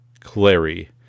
Clary